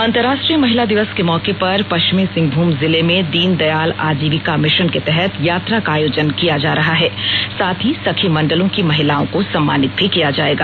अंतराष्ट्रीय महिला दिवस के मौके पर पश्चिमी सिंहभूम जिले में दीनदयाल आजीविका मिशन के तहत यात्रा का आयोजन किया जा रहा है साथ ही सखी मंडलो की महिलाओं को सम्मानित भी किया जाएगा